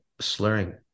slurring